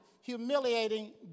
humiliating